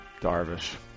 Darvish